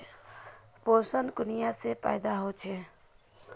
पोषण कुनियाँ से पैदा होचे?